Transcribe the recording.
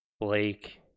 Blake